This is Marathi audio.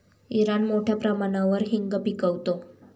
इराण मोठ्या प्रमाणावर हिंग पिकवतो